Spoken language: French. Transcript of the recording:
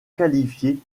qualifié